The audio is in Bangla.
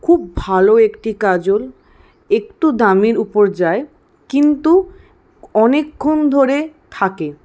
খুব ভালো একটি কাজল একটু দামির উপর যায় কিন্তু অনেকক্ষণ ধরে থাকে